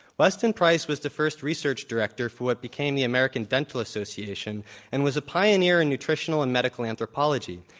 weston price was the first research director for what became the american dental association and was a pioneer in nutritional and medical anthropology.